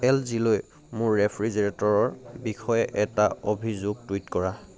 L জিলৈ মোৰ ৰেফ্ৰিজৰেটৰৰ বিষয়ে এটা অভিযোগ টুইট কৰা